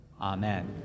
Amen